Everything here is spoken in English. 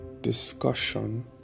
discussion